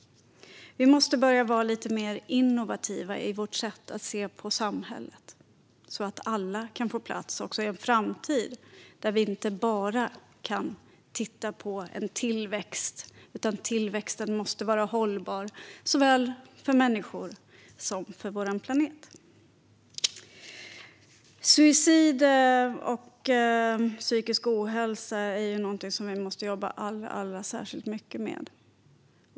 Vi måste börja vara lite mer innovativa i vårt sätt att se på samhället så att alla kan få plats, också i en framtid då vi inte bara kan se till en tillväxt. Tillväxten måste också vara hållbar såväl för människor som för vår planet. Suicid och psykisk ohälsa är något som vi måste jobba alldeles särskilt mycket med.